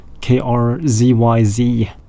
K-R-Z-Y-Z